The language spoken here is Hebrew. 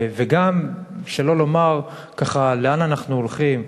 וגם, שלא לומר, ככה, לאן אנחנו הולכים,